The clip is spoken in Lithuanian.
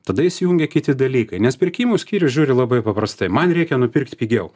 tada įsijungia kiti dalykai nes pirkimų skyrius žiūri labai paprastai man reikia nupirkt pigiau